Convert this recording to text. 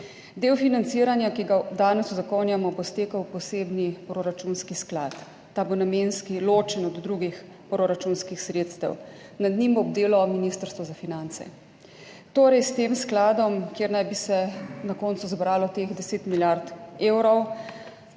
Del financiranja, ki ga danes uzakonjamo, bo stekel v posebni proračunski sklad. Ta bo namenski, ločen od drugih proračunskih sredstev. Nad njim bo bdelo Ministrstvo za finance. Torej, s tem skladom, kjer naj bi se na koncu zbralo teh 10 milijard evrov,